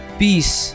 peace